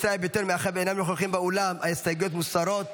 מאחר שישראל ביתנו אינם נוכחים באולם ההסתייגויות שלהם מוסרות,